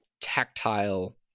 tactile